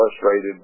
frustrated